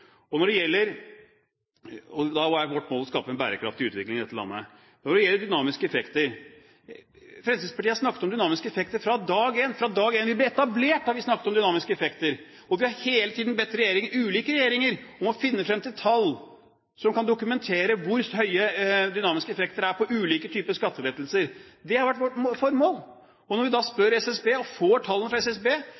Det er vårt mål å skape en bærekraftig utvikling i dette landet. Når det gjelder dynamiske effekter: Fremskrittspartiet har snakket om dynamiske effekter fra dag én. Fra dag én, fra vi ble etablert har vi snakket om dynamiske effekter, og vi har hele tiden bedt ulike regjeringer om å finne frem til tall som kan dokumentere hvor høye dynamiske effekter er på ulike type skattelettelser. Det har vært vårt formål. Og når vi da